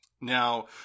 Now